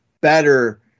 better